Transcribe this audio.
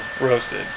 Roasted